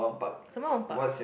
Sembawang Parks